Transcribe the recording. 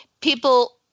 people